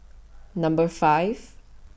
Number five